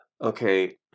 Okay